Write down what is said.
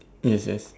yes yes